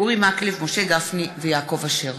אורי מקלב, משה גפני ויעקב אשר.